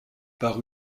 par